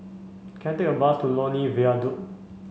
can I take a bus to Lornie Viaduct